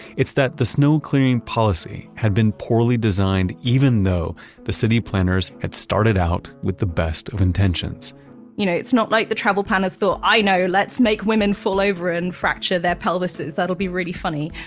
it's that the snow-clearing policy had been poorly designed even though the city planners had started out with the best of intentions you know it's not like the travel planners thought, i know, let's make women fall over and fracture their pelvises. that'll be really funny.